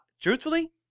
truthfully